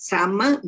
Sama